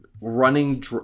Running